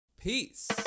Peace